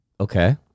Okay